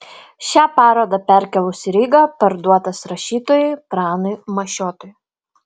šią parodą perkėlus į rygą parduotas rašytojui pranui mašiotui